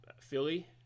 Philly